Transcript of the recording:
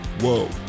whoa